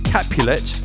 Capulet